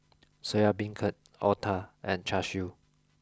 Soya Beancurd Otah and Char Siu